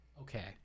Okay